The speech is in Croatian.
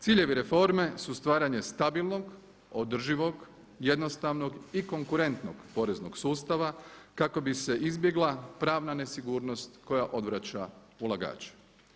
Ciljevi reforme su stvaranje stabilnog, održivog, jednostavnog i konkurentnog poreznog sustava kako bi se izbjegla pravna nesigurnost koja odvraća ulagače.